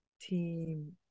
team